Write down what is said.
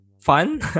fun